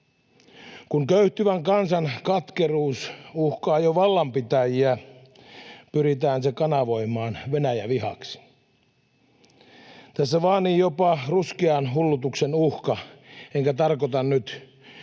Kun köyhtyvän kansan katkeruus uhkaa jo vallanpitäjiä, pyritään se kanavoimaan Venäjä-vihaksi. Tässä vaanii jopa ruskean hullutuksen uhka, enkä tarkoita nyt